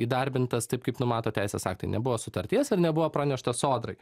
įdarbintas taip kaip numato teisės aktai nebuvo sutarties ar nebuvo pranešta sodrai